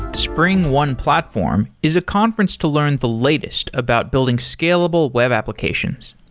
springone platform is a conference to learn the latest about building scalable web applications.